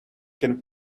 can